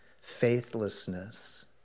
faithlessness